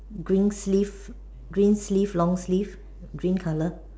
green sleeve green sleeve long sleeve green colour